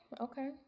Okay